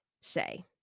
say